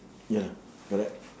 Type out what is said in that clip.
ya correct